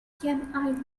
can